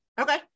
Okay